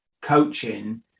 coaching